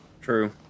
True